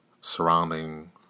surrounding